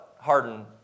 harden